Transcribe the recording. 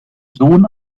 sohn